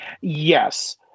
Yes